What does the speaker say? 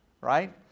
Right